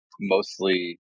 mostly